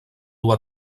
dur